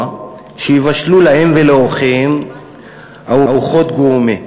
שפים שיבשלו להם ולאורחיהם ארוחות גורמה.